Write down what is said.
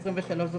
לא,